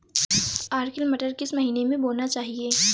Arkel मटर किस महीना में बोना चाहिए?